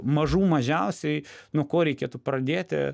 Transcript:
mažų mažiausiai nuo ko reikėtų pradėti